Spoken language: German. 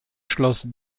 schloss